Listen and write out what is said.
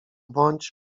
bądź